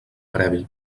previ